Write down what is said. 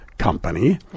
company